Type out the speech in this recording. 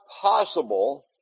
possible